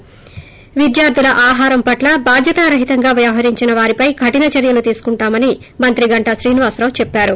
ి విద్యార్లుల ఆహరం పట్ల బాధ్యతారహితంగా వ్యవహరించిన వారిపై కఠిన చర్యలు తీసుకుంటామని మంత్రి గంటా శ్రీనివాసరావు చెప్పారు